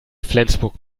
flensburg